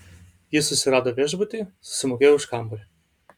jis susirado viešbutį susimokėjo už kambarį